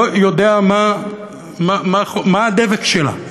לא יודע מה הדבק שלה.